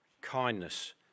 kindness